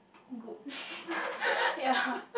good ya